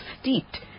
steeped